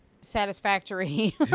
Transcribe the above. satisfactory